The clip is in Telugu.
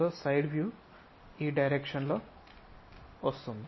సొ సైడ్ వ్యూ ఈ డైరెక్షన్ లో వచ్చేది